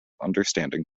understanding